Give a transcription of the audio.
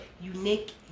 Unique